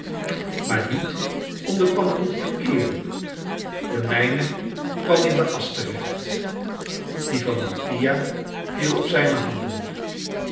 maar niet om den pannekoek te keeren de mijne kwam in de asch terecht die van mattia viel op zijne handen